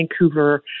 Vancouver